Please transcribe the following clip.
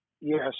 Yes